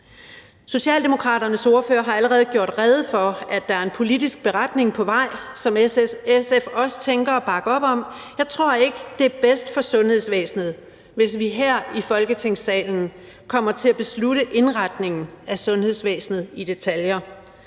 Socialdemokraternes ordfører har allerede gjort rede for, at der er en politisk beretning på vej, som SF også tænker at bakke op om. Jeg tror ikke, det er bedst for sundhedsvæsenet, hvis vi her i Folketingssalen kommer til at beslutte indretningen af sundhedsvæsenet i detaljer.